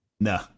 nah